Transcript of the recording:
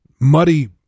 muddy